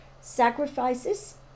sacrifices